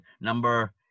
number